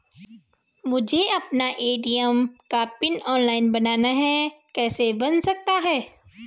मुझे अपना ए.टी.एम का पिन ऑनलाइन बनाना है कैसे बन सकता है?